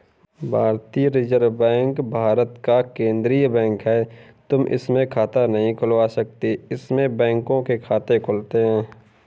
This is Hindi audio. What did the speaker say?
भारतीय रिजर्व बैंक भारत का केन्द्रीय बैंक है, तुम इसमें खाता नहीं खुलवा सकते इसमें बैंकों के खाते खुलते हैं